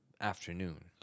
afternoon